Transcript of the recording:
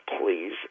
please